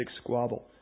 squabble